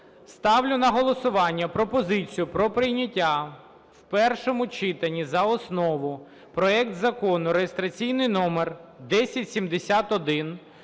Ставлю на голосування пропозицію про прийняття в першому читанні за основу проекту Закону (реєстраційний номер 1071)